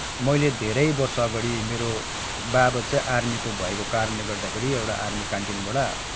मैले धेरै वर्षअगाडि मेरो बाबा चाहिँ आर्मीको भएको कारणले गर्दाखेरि एउटा आर्मी क्यान्टिनबाट